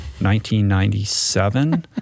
1997